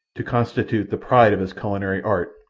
to constitute the pride of his culinary art,